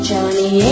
Johnny